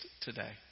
today